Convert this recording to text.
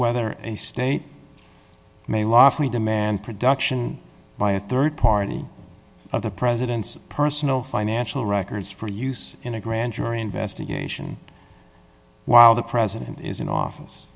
whether a state may lawfully demand production by a rd party of the president's personal financial records for use in a grand jury investigation while the president is in office